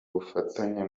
ubufatanye